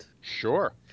sure